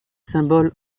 symbole